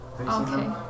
Okay